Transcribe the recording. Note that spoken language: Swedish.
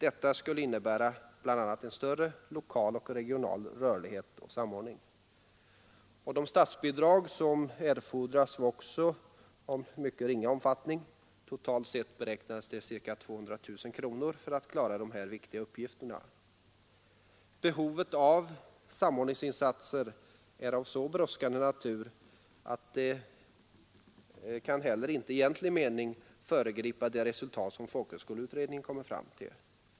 Detta skulle innebära bl.a. en större lokal och regional rörlighet och samordning. De statsbidrag som skulle erfordras var också av mycket ringa omfattning. Totalt beräknades ca 200 000 kronor för att klara de här viktiga uppgifterna. Behovet av samordningsinsatser är av brådskande natur, och att vidta föreslagna åtgärder kan heller inte i egentlig mening anses föregripa det resultat som folkhögskoleutredningen kommer fram till.